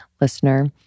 listener